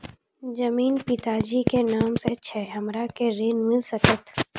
जमीन पिता जी के नाम से छै हमरा के ऋण मिल सकत?